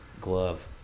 Glove